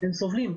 הם סובלים.